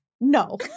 no